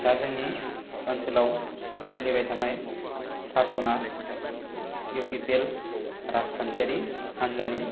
दा जोंनि ओनसोलाव सोलिबाय थानाय सासनआ इउ पि पि एल राजखान्थियारि हान्जानि